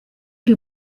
iri